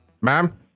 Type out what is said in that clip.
Ma'am